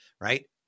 right